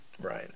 Right